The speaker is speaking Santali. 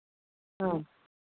ᱦᱮᱸ